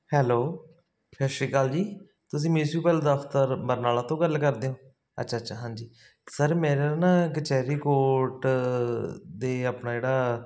hello ਸਤਿ ਸ੍ਰੀ ਅਕਾਲ ਜੀ ਤੁਸੀਂ ਮਿਊਂਸੀਪਲ ਦਫਤਰ ਬਰਨਾਲਾ ਤੋਂ ਗੱਲ ਕਰਦੇ ਹੋ ਅੱਛਾ ਅੱਛਾ ਹਾਂਜੀ ਸਰ ਮੇਰਾ ਨਾ ਕਚਹਿਰੀ ਕੋਟ ਦੇ ਆਪਣਾ ਜਿਹੜਾ